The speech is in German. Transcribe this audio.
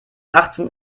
achtzehn